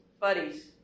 buddies